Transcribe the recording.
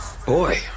Boy